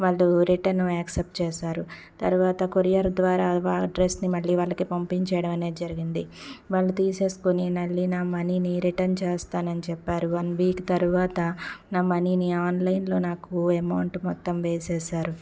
వాళ్లు return accept చేశారు తర్వాత కొరియర్ ద్వారా ఆ డ్రెస్ని వాళ్ళకి పంపించేయడం అనేది జరిగింది వాళ్ళు తీసేసుకొని మళ్లీ నా మనీని రిటన్ చేసేస్తానని చెప్పారు వన్ వీక్ తర్వాత నా మనీని ఆన్లైన్లో నాకు అమౌంట్ మొత్తం వేసేసారు